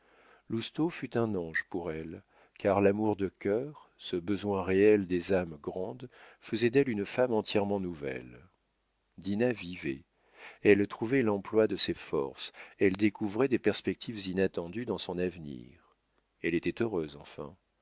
lousteau fut un ange pour elle car l'amour de cœur ce besoin réel des âmes grandes faisait d'elle une femme entièrement nouvelle dinah vivait elle trouvait l'emploi de ses forces elle découvrait des perspectives inattendues dans son avenir elle était heureuse enfin